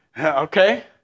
okay